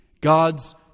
God's